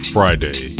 Friday